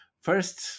First